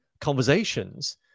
conversations